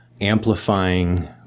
amplifying